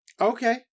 Okay